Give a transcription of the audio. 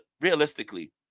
realistically